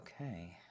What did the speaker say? okay